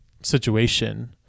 situation